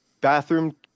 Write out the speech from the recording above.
bathroom